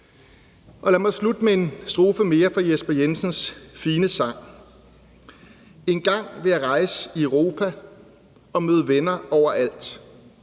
Lad mig slutte med en strofe mere fra Jesper Jensens fine sang: »Engang vil jeg rejse i Europa/og møde venner overalt./Engang